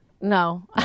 no